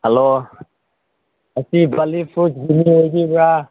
hello ꯑꯁꯤ ꯕꯥꯂꯤ ꯐꯨꯗꯀꯤ ꯃꯤ ꯑꯣꯏꯕꯤꯕ꯭ꯔꯥ